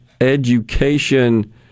Education